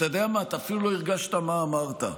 אתה יודע מה, אפילו לא הרגשת מה אמרת.